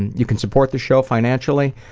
and you can support the show financially,